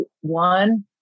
one